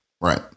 right